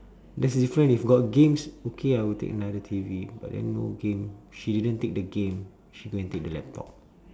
there's the different if got games okay I will take another T_V but then no game she didn't take the game she go and take the laptop